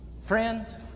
Friends